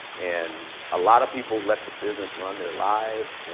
and a lot of people let the business run their lives.